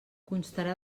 constarà